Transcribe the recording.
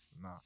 Nah